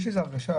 יש איזו הרגשה,